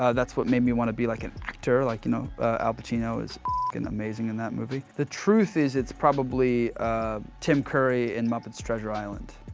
ah that's what made me want to be like an actor. like you know al pacino is amazing in that movie. the truth is it's probably tim curry in muppets treasure island.